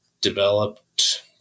developed